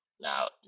Now